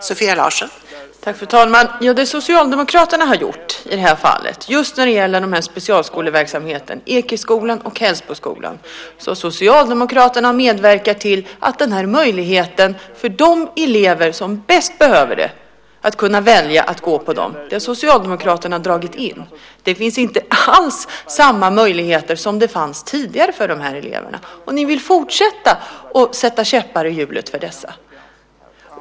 Fru talman! Det Socialdemokraterna gjort i det här fallet när det gäller specialskoleverksamheten i Ekeskolan och i Hällsboskolan är att de har medverkat till att möjligheten för de elever som bäst behöver gå på dessa skolor har dragits in. Det finns inte alls samma möjligheter som det fanns tidigare för de här eleverna. Ni vill fortsätta att sätta käppar i hjulet för dessa.